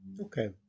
Okay